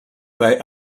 they